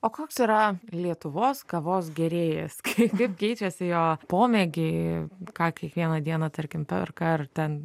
o koks yra lietuvos kavos gėrėjas kai kaip keičiasi jo pomėgiai ką kiekvieną dieną tarkim perka ar ten